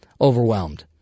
overwhelmed